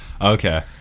okay